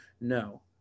No